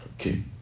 Okay